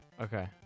Okay